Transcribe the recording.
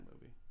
movie